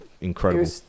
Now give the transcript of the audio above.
incredible